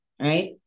right